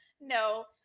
no